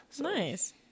Nice